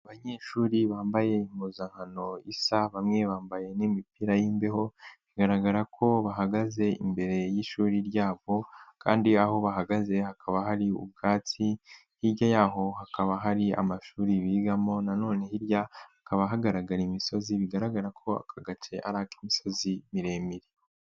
Abanyeshuri bambaye impuzankano isa, bamwe bambaye n'imipira y'imbeho, bigaragara ko bahagaze imbere y'ishuri ryabo kandi aho bahagaze hakaba hari ubwatsi, hirya yaho hakaba hari amashuri bigamo nanone hirya hakaba, hagaragara imisozi bigaragara ko aka gace ari ak'imisozi miremire.